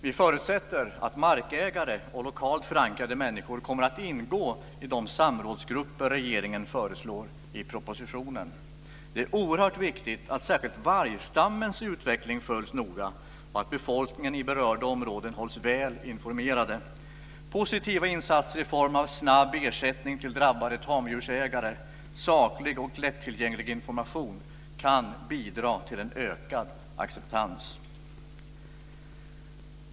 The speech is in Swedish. Vi förutsätter att markägare och lokalt förankrade människor kommer att ingå i de samrådsgrupper regeringen föreslår i propositionen. Det är oerhört viktigt att särskilt vargstammens utveckling följs noga och att befolkningen i berörda områden hålls väl informerad. Positiva insatser i form av snabb ersättning till drabbade tamdjursägare samt saklig och lättillgänglig information kan bidra till en ökad acceptans.